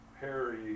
Harry